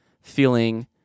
feeling